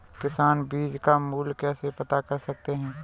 किसान बीज का मूल्य कैसे पता कर सकते हैं?